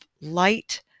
light